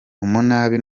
umunabi